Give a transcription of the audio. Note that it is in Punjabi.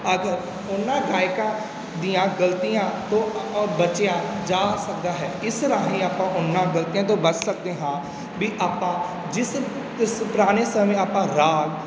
ਅਗਰ ਉਹਨਾਂ ਗਾਇਕਾਂ ਦੀਆਂ ਗਲਤੀਆਂ ਤੋਂ ਬਚਿਆ ਜਾ ਸਕਦਾ ਹੈ ਇਸ ਰਾਹੀ ਆਪਾਂ ਉਹਨਾਂ ਗਲਤੀਆਂ ਤੋਂ ਬਚ ਸਕਦੇ ਹਾਂ ਵੀ ਆਪਾਂ ਜਿਸ ਇਸ ਪੁਰਾਣੇ ਸਮੇਂ ਆਪਾਂ ਰਾਗ